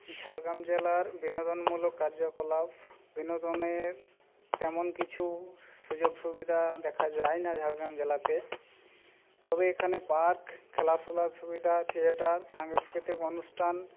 ঝাড়গ্রাম জেলার বিনোদনমূলক কার্যকলাপ বিনোদনের তেমন কিছু সুযোগ সুবিধা দেখা যায় না ঝাড়গ্রাম জেলাতে তবে এখানে পার্ক খেলা ধুলার সুবিধা থিয়েটার সাংস্কৃতিক অনুষ্ঠান